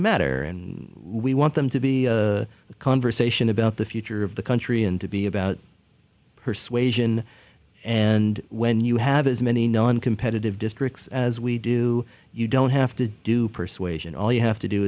matter and we want them to be a conversation about the future of the country and to be about persuasion and when you have as many non competitive districts as we do you don't have to do persuasion all you have to do